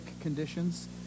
conditions